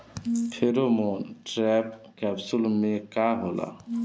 Pheromone trap capsule में का होला?